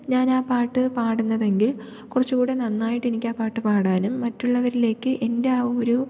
ഞാൻ ആ പാട്ട് പാടുന്നതെങ്കിൽ കുറച്ചൂകൂടി നന്നായിട്ട് എനിക്ക് ആ പാട്ട് പാടാനും മട്ടുള്ളവരിലേക്ക് എൻ്റെ ആ ഒരു